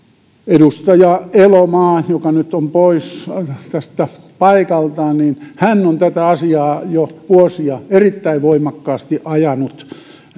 edustaja elomaa joka nyt on poissa tästä paikaltaan on tätä asiaa jo vuosia erittäin voimakkaasti ajanut hänen